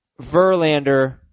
Verlander